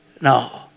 no